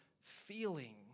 feeling